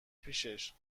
پیشش